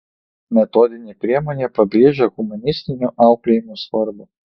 metodinė priemonė pabrėžia humanistinio auklėjimo svarbą